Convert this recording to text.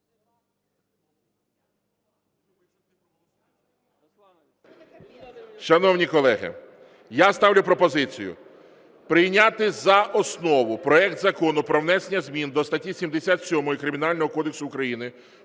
Шановні колеги, я ставлю пропозицію прийняти за основу проект Закону про внесення змін до статті 77 Кримінального кодексу України